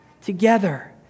together